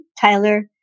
Tyler